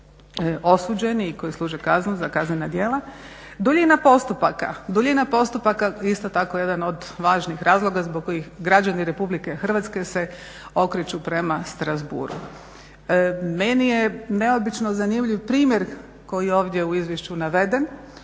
osuđeni i koji služe kaznu za kaznena djela. Duljina postupaka. Duljina postupaka isto tako je jedan od važnih razloga zbog kojih građani Republike Hrvatske se okreću prema Strasbourgu. Meni je neobično zanimljiv primjer koji je ovdje u Izvješću naveden.